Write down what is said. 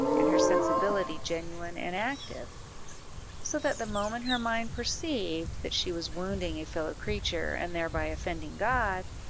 and her sensibility genuine and active so that the moment her mind perceived that she was wounding a fellow-creature, and thereby offending god,